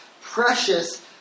precious